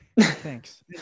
Thanks